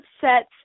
sets